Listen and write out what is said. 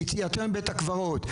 ביציאתנו מבית הקברות.